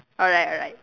alright alright